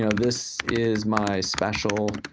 ah this is my special